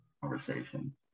conversations